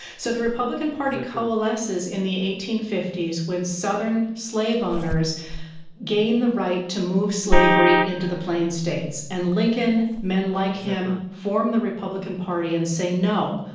so the republican party coalesces in the eighteen fifty s when southern slave owners gain the right to move slavery into the plain states. and lincoln, men like him, formed the republican party and say no,